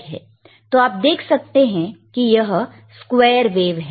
तो अब आप देख सकते हैं कि यह एक स्क्वेयर वेव है